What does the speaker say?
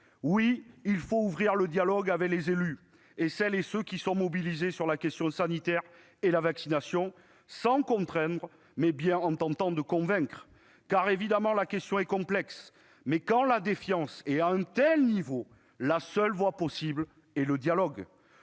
Oui, il faut ouvrir le dialogue avec les élus et celles et ceux qui sont mobilisés sur la question sanitaire et la vaccination, sans contraindre, mais en tentant de convaincre. En effet, la question est complexe, mais, quand la défiance a atteint un tel niveau, la seule voie possible est le dialogue.